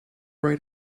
right